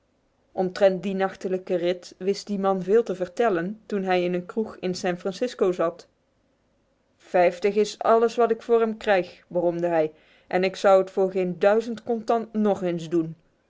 omtrent die nachtelijke rit wist die man veel te vertellen toen hij in een kroeg in san francisco zat vijftig is alles wat ik voor hem krijg bromde hij en ik zou het voor geen duizend contant nog eens doen